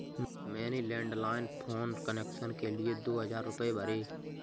मैंने landline phone connection के लिए दो हजार रुपए भरे